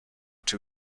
too